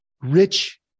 Rich